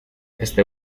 este